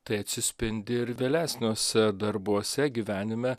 tai atsispindi ir vėlesniuose darbuose gyvenime